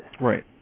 Right